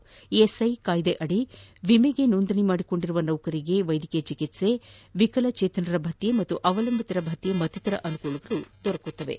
ESI ಕಾಯಿದೆ ಅಡಿ ವಿಮೆಗೆ ನೋಂದಣಿ ಮಾಡಿಕೊಂಡಿರುವ ನೌಕರರಿಗೆ ವೈದ್ಯಕೀಯ ಚಿಕಿತ್ಸ ವಿಕಲಜೇತನರ ಭತ್ತೆ ಮತ್ತು ಅವಲಂಬಿತರ ಭತ್ತೆ ಮತ್ತಿತರ ಅನುಕೂಲಗಳು ದೊರಕಲಿವೆ